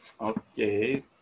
Okay